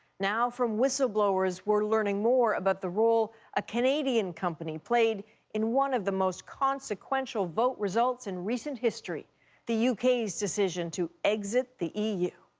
now from whistleblowers we're learning more about the role a canadian company played in one of the most consequential vote results in recent history the u k s decision to exit the e u.